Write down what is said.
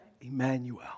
Emmanuel